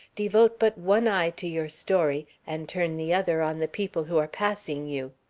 devote but one eye to your story and turn the other on the people who are passing you.